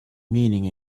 meaning